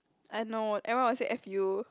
I know everyone will say F U